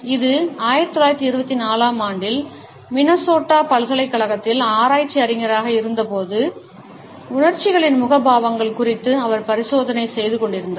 இது 1924 ஆம் ஆண்டில் மினசோட்டா பல்கலைக்கழகத்தில் ஆராய்ச்சி அறிஞராக இருந்தபோது உணர்ச்சிகளின் முகபாவங்கள் குறித்து அவர் பரிசோதனை செய்து கொண்டிருந்தார்